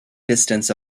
distance